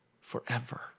forever